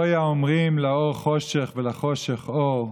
הוי האומרים לאור חושך ולחושך אור,